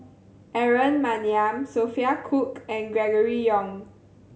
Aaron Maniam Sophia Cooke and Gregory Yong